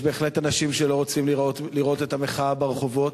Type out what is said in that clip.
יש בהחלט אנשים שלא רוצים לראות את המחאה ברחובות.